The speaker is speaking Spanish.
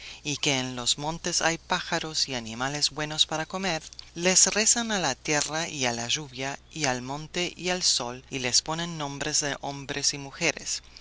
y que en los montes hay pájaros y animales buenos para comer les rezan a la tierra y a la lluvia y al monte y al sol y les ponen nombres de hombres y mujeres